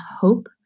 hope